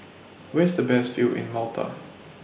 Where IS The Best View in Malta